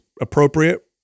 appropriate